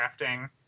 crafting